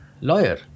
lawyer